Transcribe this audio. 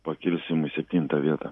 pakilsim į septintą vietą